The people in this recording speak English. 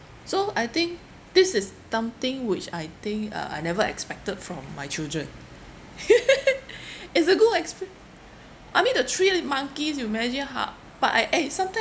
so I think this is something which I think uh I never expected from my children is a good experience I mean the three uh monkeys you imagine how but I eh some time